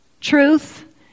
truth